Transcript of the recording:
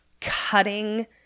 cutting